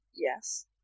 Yes